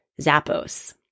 Zappos